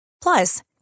Plus